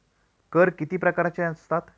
कर किती प्रकारांचे असतात?